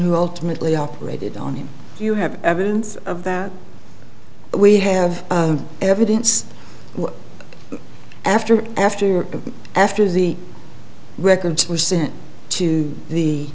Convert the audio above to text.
who ultimately operated on him you have evidence of that but we have evidence after after after the records were sent to the